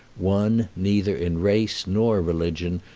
one neither in race nor religion,